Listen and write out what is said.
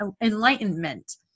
enlightenment